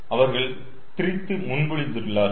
அவர்கள் பிரித்து முன்மொழிந்துள்ளார்கள்